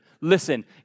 Listen